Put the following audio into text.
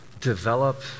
develop